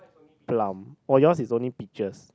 plum oh yours is only peached